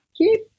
Keep